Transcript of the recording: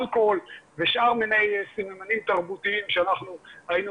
האלכוהול ושאר מיני סממנים תרבותיים שהיינו